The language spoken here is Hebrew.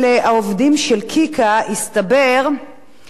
הסתבר שהעובדים שם לא היו מאורגנים.